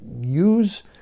use